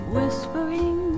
Whispering